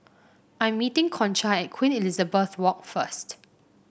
I'm meeting Concha at Queen Elizabeth Walk first